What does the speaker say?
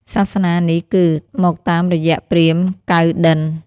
សាសនានេះគឺ មកតាមរយៈព្រាហ្មណ៍កៅណ្ឌិន្យ ។